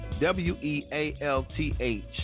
W-E-A-L-T-H